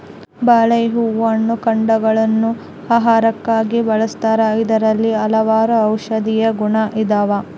ಬಾಳೆಯ ಹೂ ಹಣ್ಣು ಕಾಂಡಗ ಳನ್ನು ಆಹಾರಕ್ಕಾಗಿ ಬಳಸ್ತಾರ ಇದರಲ್ಲಿ ಹಲವಾರು ಔಷದಿಯ ಗುಣ ಇದಾವ